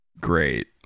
great